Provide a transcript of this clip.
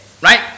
right